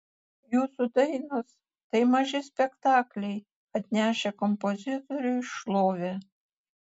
jūsų dainos tai maži spektakliai atnešę kompozitoriui šlovę